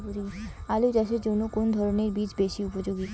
আলু চাষের জন্য কোন ধরণের বীজ বেশি উপযোগী?